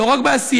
לא רק בעשייה,